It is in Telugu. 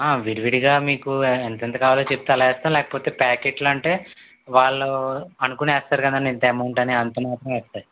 విడివిడిగా మీకు ఏ ఎంతెంత కావాలో చెప్తే అలా వేస్తాం లేకపోతే ప్యాకెట్లంటే వాళ్ళూ అనుకొని వేస్తారు కదండీ ఇంత అమౌంట్ అని అంత అమౌంట్ వేస్తారు